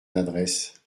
adresse